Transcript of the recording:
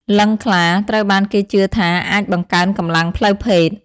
លិង្គខ្លាត្រូវបានគេជឿថាអាចបង្កើនកម្លាំងផ្លូវភេទ។